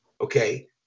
okay